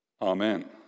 Amen